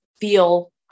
feel